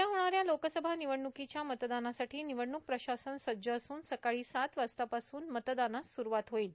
उदया होणाऱ्या लोकसभा निवडणुकीच्या मतदानासाठी निवडणुक प्रशासन सज्ज असून सकाळी सात वाजता पासून मतदानास स्रूवात होईल